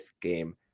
game